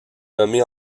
nommé